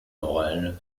morel